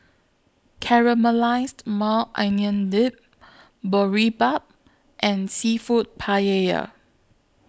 Caramelized Maui Onion Dip Boribap and Seafood Paella